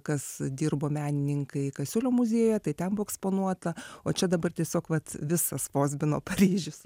kas dirbo menininkai kasiulio muziejuje tai ten buvo eksponuota o čia dabar tiesiog vat visas vozbino paryžius